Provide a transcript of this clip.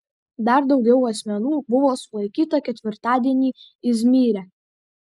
dar daugiau asmenų buvo sulaikyta ketvirtadienį izmyre